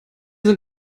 sind